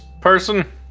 person